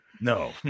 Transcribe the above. No